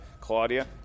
Claudia